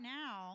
now